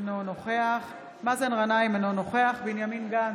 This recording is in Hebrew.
אינו נוכח מאזן גנאים, אינו נוכח בנימין גנץ,